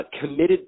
committed